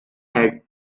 had